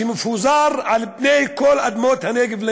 שמפוזר על פני כל אדמות הנגב.